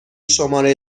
شماره